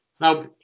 Now